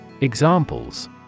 Examples